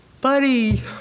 Buddy